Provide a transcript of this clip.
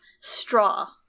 straw